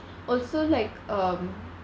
also like um